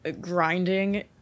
grinding